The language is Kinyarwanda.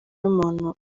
n’umuntu